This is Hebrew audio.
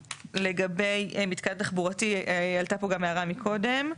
לגבי מתקן תחבורתי, עלתה פה גם הערה מקודם.